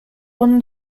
one